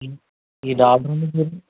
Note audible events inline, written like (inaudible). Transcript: (unintelligible)